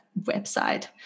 website